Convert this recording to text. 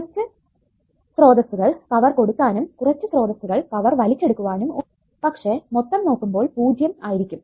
കുറച്ചു സ്രോതസ്സുകൾ പവർ കൊടുക്കാനും കുറച്ചു സ്രോതസ്സുകൾ പവർ വലിച്ചെടുക്കുവാനും ഉണ്ടാകും പക്ഷെ മൊത്തം നോക്കുമ്പോൾ 0 ആയിരിക്കും